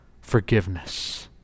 forgiveness